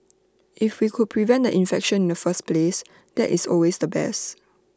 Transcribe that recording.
if we could prevent the infection in the first place that is always the best